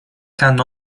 can